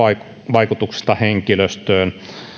vaikutuksesta henkilöstöön